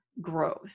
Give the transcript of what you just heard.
growth